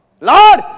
Lord